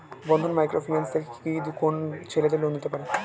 বন্ধন micro finance থেকে কি কোন ছেলেদের লোন দিতে পারে?